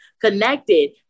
connected